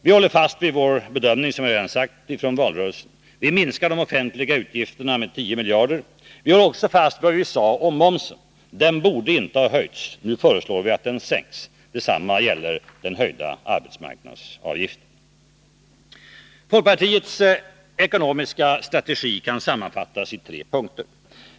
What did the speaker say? Vi hålier fast vid vår bedömning, som jag redan sagt, från valrörelsen. Vi minskar de offentliga utgifterna med 10 miljarder. Vi håller också fast vid vad vi sade om momsen. Den borde inte ha höjts. Nu föreslår vi att den sänks. Detsamma gäller den höjda arbetsgivaravgiften. Folkpartiets ekonomiska strategi kan sammanfattas i tre punkter.